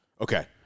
Okay